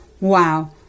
wow